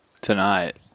tonight